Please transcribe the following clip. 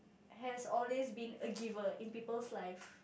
has always been a giver in people's life